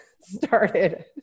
started